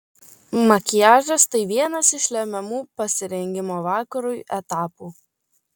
makiažas tai vienas iš lemiamų pasirengimo vakarui etapų